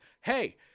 hey